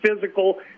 physical